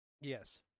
Yes